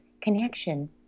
connection